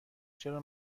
چرا